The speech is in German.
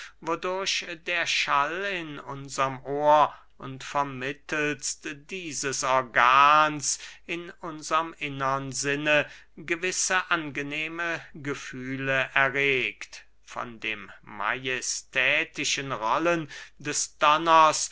wodurch der schall in unserm ohr und vermittelst dieses organs in unserm innern sinne gewisse angenehme gefühle erregt von dem majestätischen rollen des